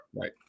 Right